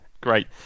great